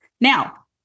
Now